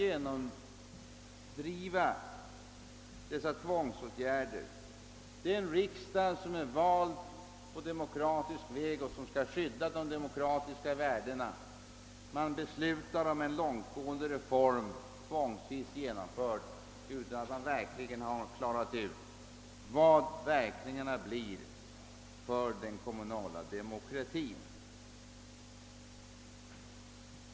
En riksdag, som är vald på demokratisk väg och som skall skydda de demokratiska värdena, beslutar om en långtgående reform utan att verkligen ha klarlagt följderna för den kommunala demokratin.